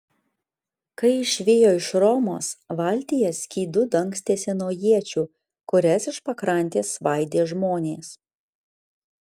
kai išvijo iš romos valtyje skydu dangstėsi nuo iečių kurias iš pakrantės svaidė žmonės